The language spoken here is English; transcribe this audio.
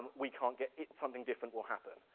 we can't get, something different will happen.